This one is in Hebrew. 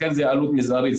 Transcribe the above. לכן זו עלות מזערית,